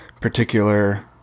particular